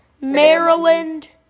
Maryland